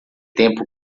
tempo